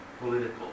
political